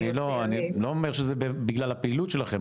אני לא אומר שזה בגלל הפעילות שלכם,